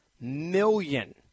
million